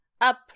Up